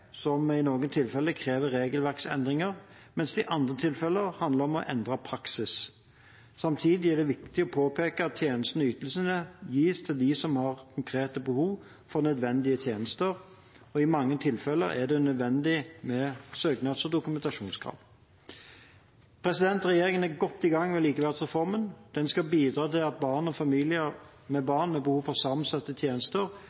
som i noen tilfeller krever regelverksendring, mens det i andre tilfeller handler om å endre praksis. Samtidig er det viktig å påpeke at tjenestene og ytelsene gis til dem som har et konkret behov for nødvendige tjenester. I mange tilfeller er det nødvendig med søknader og dokumentasjonskrav. Regjeringen er godt i gang med likeverdsreformen. Den skal bidra til at barn og familier med